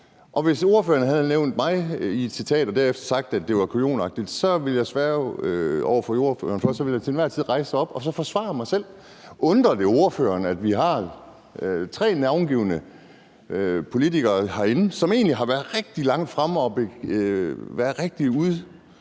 hvis ordføreren havde nævnt mig i et citat og derefter sagt, at det var kujonagtigt, vil jeg sværge over for ordføreren, at jeg til enhver tid ville rejse mig op og forsvare mig selv. Undrer det ordføreren – når vi har tre navngivne politikere herinde, som egentlig har været rigtig langt fremme og været meget, meget